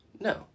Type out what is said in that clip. No